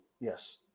Yes